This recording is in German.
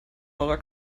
eurer